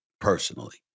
personally